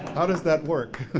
how does that work?